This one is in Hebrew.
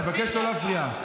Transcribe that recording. אני מבקש לא להפריע.